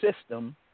system